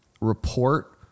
report